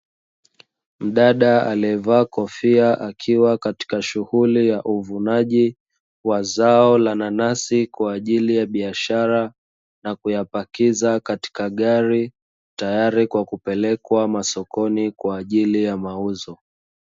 Mdada aliyevaa kofia akiwa katika shughuli ya uvunaji, wa zao la nanasi kwa ajili ya biashara na kuyapakiza katika gari, tayari kwa kupelekwa masokoni kwa ajili ya mauzo.